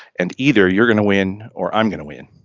and either you're going to win or i'm going to win.